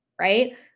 right